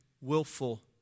willful